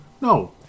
No